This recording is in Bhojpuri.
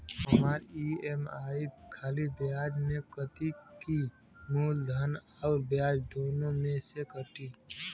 हमार ई.एम.आई खाली ब्याज में कती की मूलधन अउर ब्याज दोनों में से कटी?